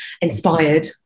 inspired